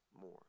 more